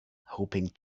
hoping